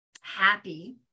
happy